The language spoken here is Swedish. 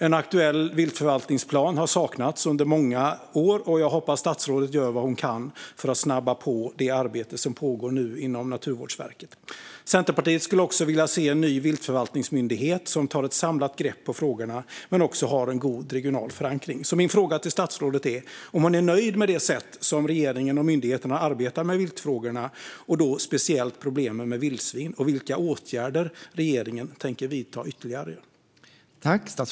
En aktuell viltförvaltningsplan har saknats under många år, och jag hoppas att statsrådet gör vad hon kan för att snabba på det arbete som nu pågår inom Naturvårdsverket. Centerpartiet skulle också vilja se en ny viltförvaltningsmyndighet som tar ett samlat grepp om frågorna och också har en god regional förankring. Min fråga till statsrådet är om hon är nöjd med det sätt på vilket regeringen och myndigheterna arbetar med viltfrågorna och då speciellt problemen med vildsvin. Vilka ytterligare åtgärder tänker regeringen vidta?